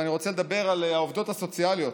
ואני רוצה לדבר על העובדות הסוציאליות.